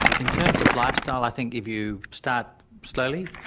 in terms of lifestyle i think if you start slowly,